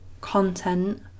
content